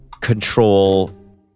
control